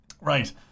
Right